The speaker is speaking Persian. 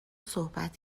صحبت